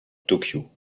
tokyo